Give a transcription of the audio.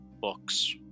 books